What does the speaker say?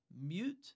mute